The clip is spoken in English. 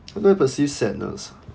I never perceive sadness